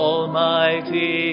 Almighty